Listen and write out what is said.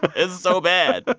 it's so bad. but